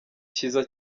cyiza